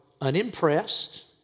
unimpressed